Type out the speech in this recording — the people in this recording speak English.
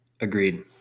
Agreed